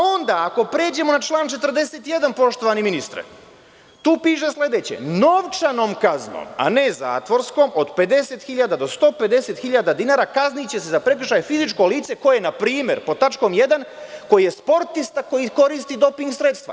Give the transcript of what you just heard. Onda, ako pređemo na član 41, poštovani ministre, tu piše sledeće – novčanom kaznom, a ne zatvorskom, od 50.000 do 150.000 dinara kazniće se za prekršaj fizičko lice koje je npr, pod tačkom 1, sportista koji koristi doping sredstva.